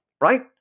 right